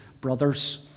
brothers